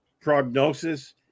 prognosis